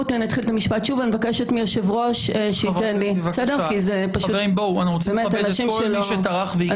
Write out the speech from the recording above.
הודיעה שיושב-ראש הוועדה מסרב לאפשר ליועץ